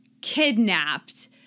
kidnapped